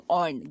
on